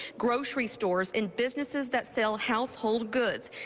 grocery stores and businesses that sell household goods.